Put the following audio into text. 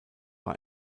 war